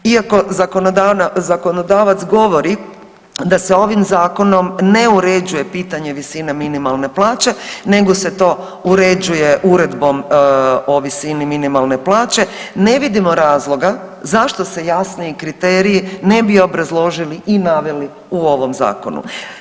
Iako zakonodavac govori da se ovim Zakonom ne uređuje pitanje visine minimalne plaće nego se to uređuje uredbom o visini minimalne plaće, ne vidimo razloga zašto se javniji kriteriji ne bi obrazložili i naveli u ovom Zakonu.